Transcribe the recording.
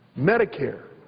medicare,